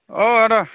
अ आदा